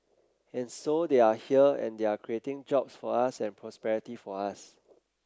and so they are here and they are creating jobs for us and prosperity for us